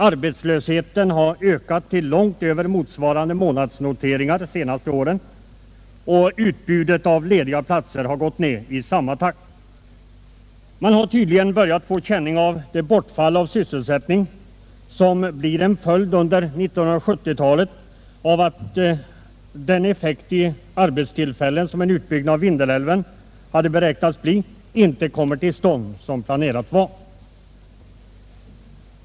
Arbetslösheten har ökat till långt över motsvarande månadsnoteringar de senaste åren, och utbudet av lediga platser har gått ned i samma takt. Man har tydligen börjat få känning av det bortfall av sysselsättning som blir en följd under 1970-talet av att den ökning av arbetstillfällena som en utbyggnad av Vindelälven hade beräknats medföra inte kommer till stånd.